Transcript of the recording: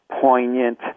poignant